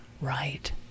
right